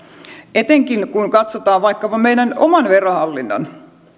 etenkin kun katsotaan vaikkapa meidän oman verohallinnon